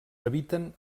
habiten